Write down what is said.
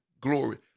glory